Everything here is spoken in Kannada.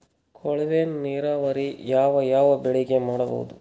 ಕೊಳವೆ ನೀರಾವರಿ ಯಾವ್ ಯಾವ್ ಬೆಳಿಗ ಮಾಡಬಹುದು?